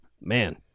man